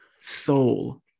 Soul